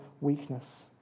weakness